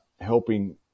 helping